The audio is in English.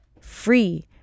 free